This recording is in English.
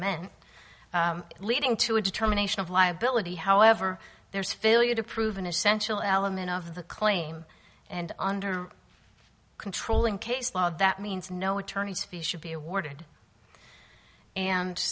meant leading to a determination of liability however there's failure to prove an essential element of the claim and under control in case law that means no attorney's fees should be awarded and